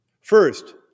First